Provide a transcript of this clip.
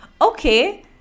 okay